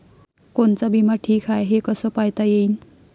कोनचा बिमा ठीक हाय, हे कस पायता येईन?